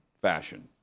fashion